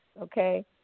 Okay